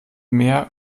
mehr